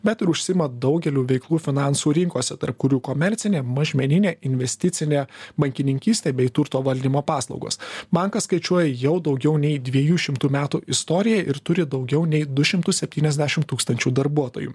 bet ir užsiima daugeliu veiklų finansų rinkose tarp kurių komercinė mažmeninė investicinė bankininkystė bei turto valdymo paslaugos bankas skaičiuoja jau daugiau nei dviejų šimtų metų istoriją ir turi daugiau nei du šimtus septyniasdešim tūkstančių darbuotojų